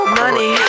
money